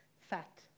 fat